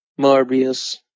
Marbius